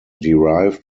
derived